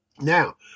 Now